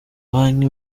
banki